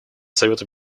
совету